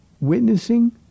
witnessing